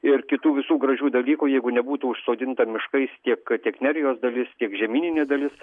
ir kitų visų gražių dalykų jeigu nebūtų užsodinta miškais tiek tiek nerijos dalis tiek žemyninė dalis